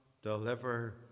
deliver